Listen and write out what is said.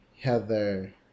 Heather